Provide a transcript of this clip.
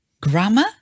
Grammar